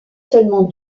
seulement